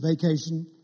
vacation